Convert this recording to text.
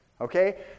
Okay